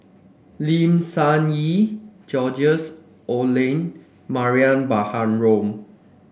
Lim Sun Gee George Oehlers and Mariam Baharom